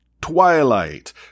Twilight